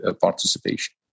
participation